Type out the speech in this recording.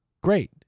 Great